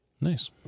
Nice